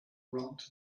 around